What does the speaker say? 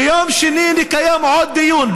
ביום שני נקיים עוד דיון.